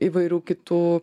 įvairių kitų